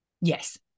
Yes